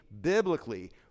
biblically